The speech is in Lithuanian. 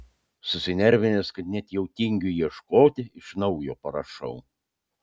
susinervinęs kad net jau tingiu ieškoti iš naujo parašau